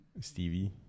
Stevie